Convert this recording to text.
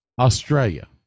Australia